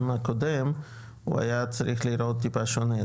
הקודם הוא היה צריך להיראות טיפה שונה,